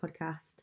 podcast